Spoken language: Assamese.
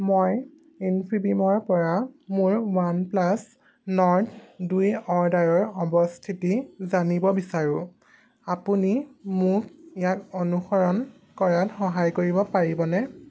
মই ইনফিবিমৰপৰা মোৰ ৱানপ্লাছ নৰ্ড দুই অৰ্ডাৰৰ অৱস্থিতি জানিব বিচাৰোঁ আপুনি মোক ইয়াক অনুসৰণ কৰাত সহায় কৰিব পাৰিবনে